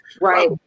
Right